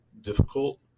difficult